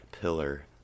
pillar